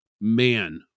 man